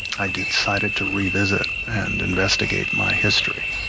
i decided to revisit and investigate my history.